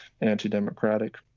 anti-democratic